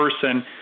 person